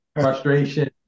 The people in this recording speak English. frustration